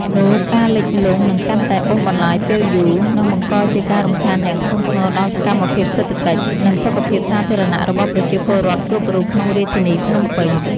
នោះការលិចលង់នឹងកាន់តែអូសបន្លាយពេលយូរ និងបង្កជាការរំខានយ៉ាងធ្ងន់ធ្ងរដល់សកម្មភាពសេដ្ឋកិច្ច និងសុខភាពសាធារណៈរបស់ប្រជាពលរដ្ឋគ្រប់រូបក្នុងរាជធានីភ្នំពេញ។